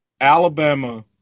Alabama